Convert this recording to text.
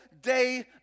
day